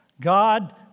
God